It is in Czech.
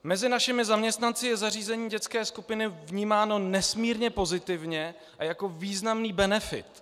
Mezi našimi zaměstnanci je zařízení dětské skupiny vnímáno nesmírně pozitivně a jako významný benefit.